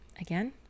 again